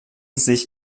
sich